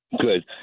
Good